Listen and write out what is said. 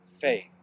faith